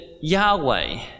Yahweh